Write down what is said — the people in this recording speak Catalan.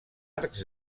arcs